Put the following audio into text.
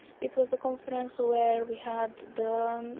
it was the conference where we had the.